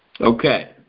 Okay